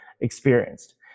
experienced